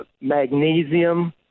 magnesium